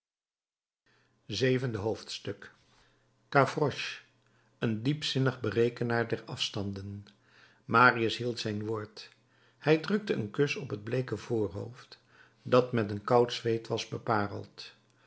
zevende hoofdstuk gavroche een diepzinnig berekenaar der afstanden marius hield zijn woord hij drukte een kus op het bleeke voorhoofd dat met een koud zweet was bepareld